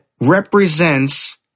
represents